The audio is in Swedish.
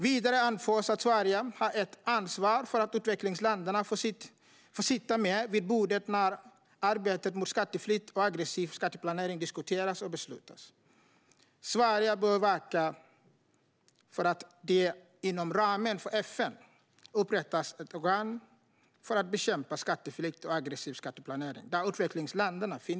Vidare anförs att Sverige har ett ansvar för att utvecklingsländerna får sitta med vid bordet när arbetet mot skatteflykt och aggressiv skatteplanering diskuteras och beslutas. Sverige bör verka för att det inom ramen för FN upprättas ett organ, där utvecklingsländerna finns med, för att bekämpa skatteflykt och aggressiv skatteplanering.